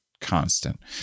constant